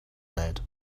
bed